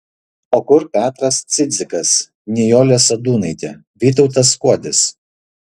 o kur petras cidzikas nijolė sadūnaitė vytautas skuodis